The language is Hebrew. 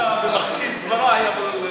אומנם יצאת במחצית דברי, אבל אני מוחל על זה.